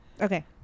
Okay